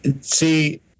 See